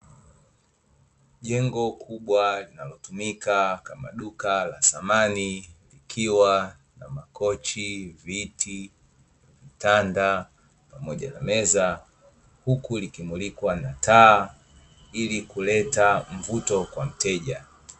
Jengo kubwa linalotumika kama duka la samani, likiwa na: makochi, viti, vitanda pamoja na meza, huku likimilikwa na taa ili kuleta mvuto kwa mteja.